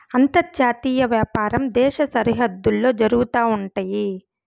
అంతర్జాతీయ వ్యాపారం దేశ సరిహద్దుల్లో జరుగుతా ఉంటయి